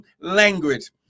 language